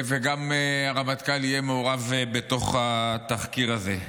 וגם הרמטכ"ל יהיה מעורב בתוך התחקיר הזה.